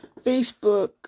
Facebook